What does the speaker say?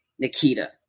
Nikita